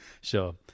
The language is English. Sure